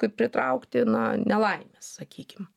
kad pritraukti na nelaimes sakykim